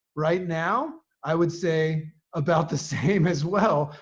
right now, i would say about the same as well.